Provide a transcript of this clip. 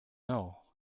know